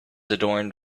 adorned